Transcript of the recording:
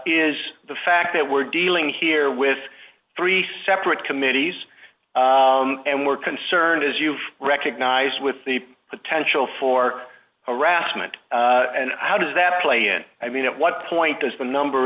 is the fact that we're dealing here with three separate committees and we're concerned as you've recognized with the potential for harassment and how does that play in i mean at what point does the number